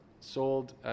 sold